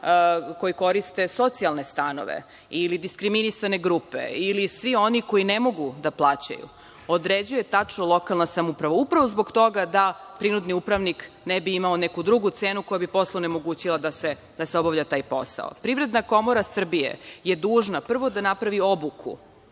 koji koriste socijalne stanove ili diskriminisane grupe ili svi oni koji ne mogu da plaćaju, određuje tačno lokalna samouprava. Upravo zbog toga da prinudni upravnik ne bi imao neku drugu cenu koja bi posle onemogućila da se obavlja taj posao. Privredna komora Srbije je dužna prvo da napravi obuku.